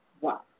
wow